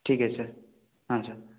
ଠିକ ଅଛି ସାର୍ ହଁ ସାର୍